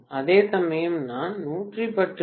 அதேசமயம் நான் 11020 5